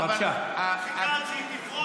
הוא חיכה עד שהיא תפרוש,